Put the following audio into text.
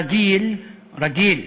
רגיל, רגיל,